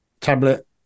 tablet